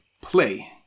play